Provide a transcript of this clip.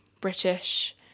British